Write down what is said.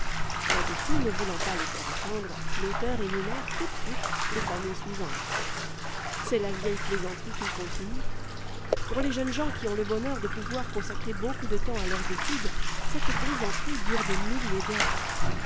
là-dessus ne voulant pas les faire attendre l'auteur énumère tout de suite les familles suivantes c'est la vieille plaisanterie qui continue pour les jeunes gens qui ont le bonheur de pouvoir consacrer beaucoup de temps à leurs études cette plaisanterie dure des milliers d'heures